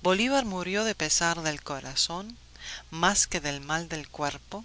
bolívar murió de pesar del corazón más que de mal del cuerpo